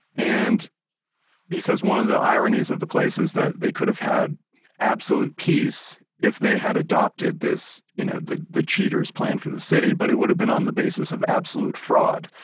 and he says, one of the ironies of the places that they could have had absolute peace if they had adopted this you know, the the cheater's plan for the city but it would have been on the basis of absolute fraud.